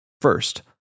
First